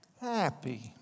happy